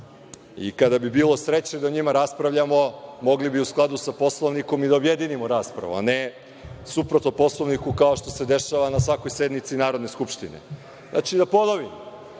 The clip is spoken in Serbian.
Kada bi bilo sreće da o njima raspravljamo, mogli bi u skladu sa Poslovnikom i da objedinimo raspravu, a ne suprotno Poslovniku, kao što se dešava na svakoj sednici Narodne skupštine. Ponoviću,